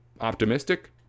optimistic